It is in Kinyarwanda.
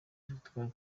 victor